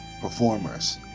performers